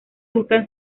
busca